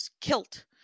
kilt